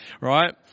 right